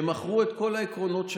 שמכרו את כל העקרונות שלהם,